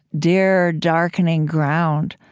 dear darkening ground,